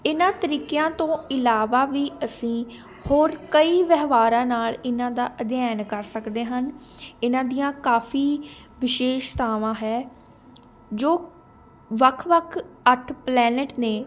ਇਹਨਾਂ ਤਰੀਕਿਆਂ ਤੋਂ ਇਲਾਵਾ ਵੀ ਅਸੀਂ ਹੋਰ ਕਈ ਵਿਵਹਾਰਾਂ ਨਾਲ ਇਹਨਾਂ ਦਾ ਅਧਿਐਨ ਕਰ ਸਕਦੇ ਹਨ ਇਹਨਾਂ ਦੀਆਂ ਕਾਫੀ ਵਿਸ਼ੇਸ਼ਤਾਵਾਂ ਹੈ ਜੋ ਵੱਖ ਵੱਖ ਅੱਠ ਪਲੈਨਿਟ ਨੇ